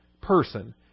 person